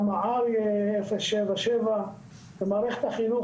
גם ה-R 0.77. במערכת החינוך